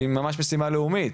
היא ממש משימה לאומית.